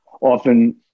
often